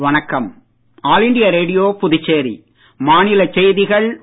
வணக்கம் all India radio Puducherry மாநிலச் செய்திகள் வாசிப்பவர்